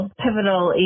pivotal